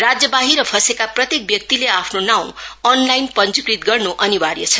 राज्य ाहिर फँसेका प्रत्येक व्यक्तिले आफ्नो नाउँ अनलाइन पंजीकृत गर्नु अनिवार्य छ